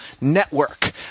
network